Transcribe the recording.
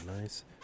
nice